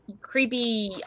creepy